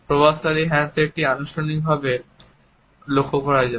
প্রভাবশালী হ্যান্ডশেকটি আনুষ্ঠানিকভাবে লক্ষ্য করা যায়